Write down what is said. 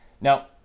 Now